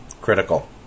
critical